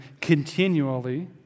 continually